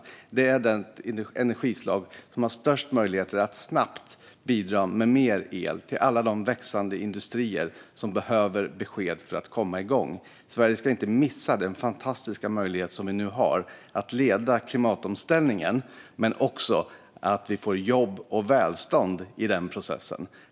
Vindkraften är det energislag som har störst möjligheter att snabbt bidra med mer el till alla de växande industrier som behöver besked för att komma igång. Sverige ska inte missa den fantastiska möjlighet vi nu har att leda klimatomställningen men också få jobb och välstånd i den processen.